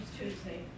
Tuesday